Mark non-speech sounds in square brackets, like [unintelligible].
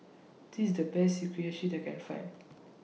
This IS The Best [unintelligible] that I Can Find